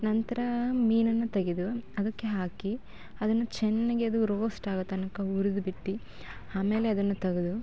ನಂತರ ಮೀನನ್ನು ತೆಗೆದು ಅದಕ್ಕೆ ಹಾಕಿ ಅದನ್ನು ಚೆನ್ನಾಗಿ ಅದು ರೋಸ್ಟ್ ಆಗೋ ತನಕ ಹುರಿದ್ಬಿಟ್ಟು ಆಮೇಲೆ ಅದನ್ನು ತೆಗ್ದು